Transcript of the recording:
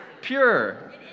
Pure